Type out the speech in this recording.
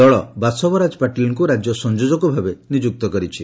ଦଳ ବାସବରାଜ ପାଟିଲଙ୍କୁ ରାଜ୍ୟ ସଂଯୋଜକ ଭାବେ ନିଯୁକ୍ତ କରିଛି